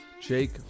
Jake